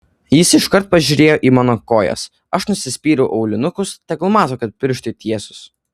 jis iškart pažiūrėjo į mano kojas aš nusispyriau aulinukus tegul mato kad pirštai tiesūs